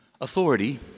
authority